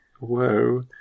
Whoa